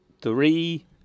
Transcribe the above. three